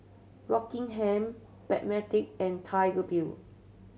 Rockingham Backpedic and Tiger Beer